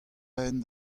aen